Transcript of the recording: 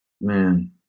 Man